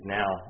now